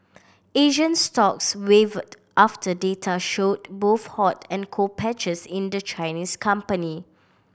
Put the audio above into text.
Asian stocks wavered after data showed both hot and cold patches in the Chinese company